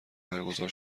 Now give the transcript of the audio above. برگزار